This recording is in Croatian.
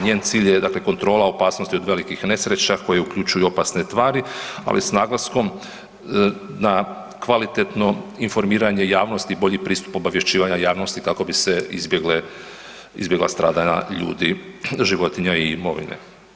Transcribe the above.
Njen cilj je dakle kontrola opasnosti od velikih nesreća koje uključuju i opasne tvari ali s naglaskom na kvalitetno informiranje javnosti i bolji pristup obavješćivanja javnosti kako bi se izbjegla stradanja ljudi, životinja i imovine.